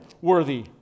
worthy